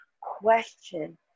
question